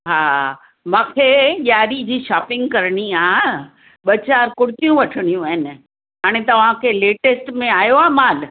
हा मूंखे ॾियारी जी शॉपिंग करणी आहे ॿ चारि कुर्तियूं वठणियूं आहिनि हाणे तव्हांखे लेटेस्ट में आयो आहे माल